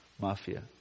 mafia